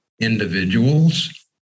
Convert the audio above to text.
Individuals